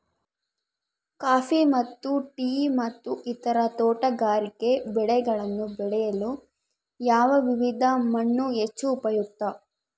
Coffee ಮತ್ತು tea ಮತ್ತು ಇತರ ತೋಟಗಾರಿಕೆ ಬೆಳೆಗಳನ್ನು ಬೆಳೆಯಲು ಯಾವ ವಿಧದ ಮಣ್ಣು ಹೆಚ್ಚು ಉಪಯುಕ್ತ?